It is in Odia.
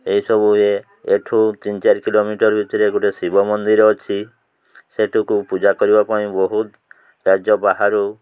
ଏସବୁ ହୁଏ ଏଠୁ ତିନି ଚାରି କିଲୋମିଟର ଭିତରେ ଗୋଟେ ଶିବ ମନ୍ଦିର ଅଛି ସେଠୁକୁ ପୂଜା କରିବା ପାଇଁ ବହୁତ ରାଜ୍ୟ ବାହାରୁ